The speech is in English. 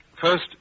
First